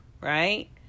right